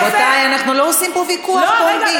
רבותי, אנחנו לא עושים פה ויכוח פומבי.